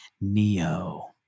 Neo